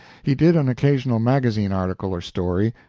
he did an occasional magazine article or story,